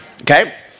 Okay